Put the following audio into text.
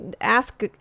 ask